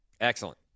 Excellent